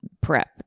prep